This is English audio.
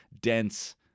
dense